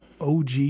OG